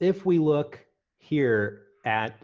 if we look here at